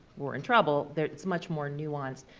we're in trouble, it's much more nuanced.